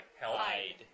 hide